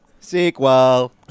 Sequel